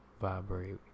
vibrate